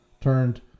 turned